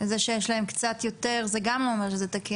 זה שיש להם קצת יותר זה גם לא אומר שזה תקין.